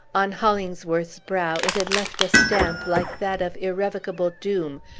on hollingsworth's brow it had left a stamp like that of irrevocable doom,